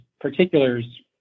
particulars